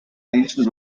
ancient